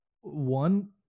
one